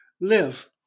live